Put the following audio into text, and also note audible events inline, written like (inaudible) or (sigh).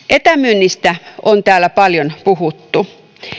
(unintelligible) etämyynnistä on täällä paljon puhuttu